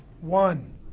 one